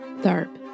Tharp